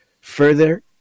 Further